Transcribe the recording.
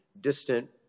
distant